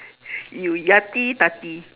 you yati tati